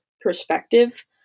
perspective